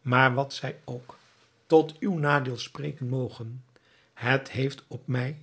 maar wat zij ook tot uw nadeel spreken mogen het heeft op mij